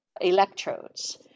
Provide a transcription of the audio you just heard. electrodes